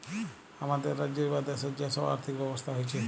হামাদের রাজ্যের বা দ্যাশের যে সব আর্থিক ব্যবস্থা হচ্যে